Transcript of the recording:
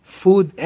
food